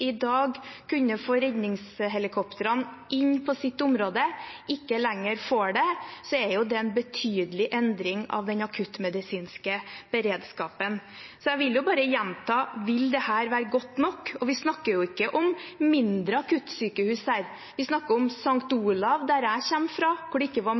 i dag kunne få redningshelikoptrene inn på sitt område, ikke lenger får det, er jo det en betydelig endring av den akuttmedisinske beredskapen. Så jeg vil bare gjenta: Vil dette være godt nok? Og vi snakker jo ikke om mindre akuttsykehus her, vi snakker om St. Olavs hospital, der jeg kommer fra, hvor det ikke